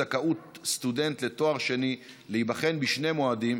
זכאות סטודנט לתואר שני להיבחן בשני מועדים),